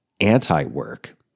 anti-work